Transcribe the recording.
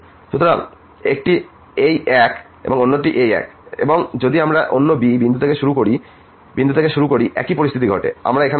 সুতরাং একটি এই এক এবং অন্যটি এই এক এবং যদি আমরা অন্য b বিন্দুথেকে শুরু করি একই পরিস্থিতি ঘটে আমরা এখানে যা কিছু রেখেছি